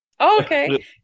Okay